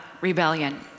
rebellion